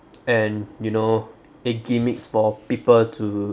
an you know a gimmicks for people to